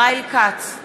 בעד עליזה